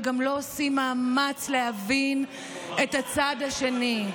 וגם לא עושים מאמץ להבין את הצד השני.